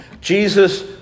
Jesus